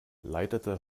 leitete